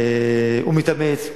הוא מתאמץ,